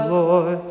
Lord